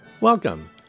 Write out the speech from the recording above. Welcome